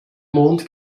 mond